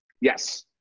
Yes